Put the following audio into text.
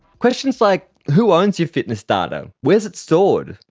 questions like who owns your fitness data, where it's stored,